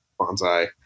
bonsai